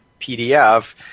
PDF